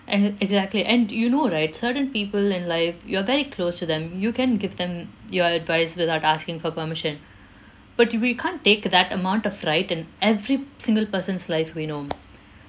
ex~ exactly and you know right certain people in life you're very close to them you can give them your advice without asking for permission but we can't take that amount of right in every single person's life we know